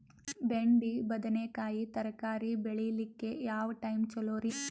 ಬೆಂಡಿ ಬದನೆಕಾಯಿ ತರಕಾರಿ ಬೇಳಿಲಿಕ್ಕೆ ಯಾವ ಟೈಮ್ ಚಲೋರಿ?